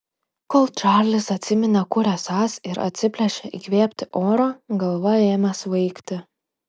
kol čarlis atsiminė kur esąs ir atsiplėšė įkvėpti oro galva ėmė svaigti